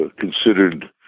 considered